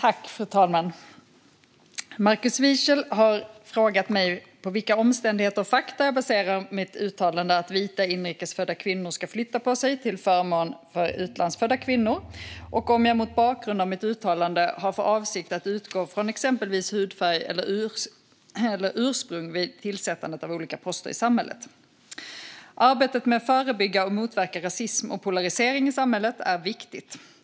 Fru talman! Markus Wiechel har frågat mig på vilka omständigheter och fakta jag baserar mitt uttalande att vita, inrikes födda kvinnor ska flytta på sig till förmån för utlandsfödda kvinnor och om jag mot bakgrund av mitt uttalande har för avsikt att utgå från exempelvis hudfärg eller ursprung vid tillsättandet av olika poster i samhället. Arbetet med att förebygga och motverka rasism och polarisering i samhället är viktigt.